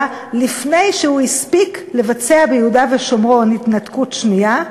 לפני שהוא הספיק לבצע ביהודה ושומרון התנתקות שנייה,